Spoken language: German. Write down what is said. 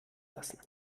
lassen